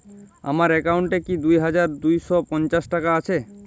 আমার অ্যাকাউন্ট এ কি দুই হাজার দুই শ পঞ্চাশ টাকা আছে?